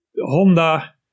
Honda